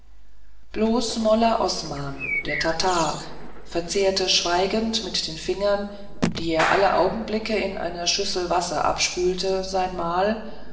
bloß molla osman der tatar verzehrte schweigend mit den fingern die er alle augenblicke in einer schüssel wasser abspülte sein mahl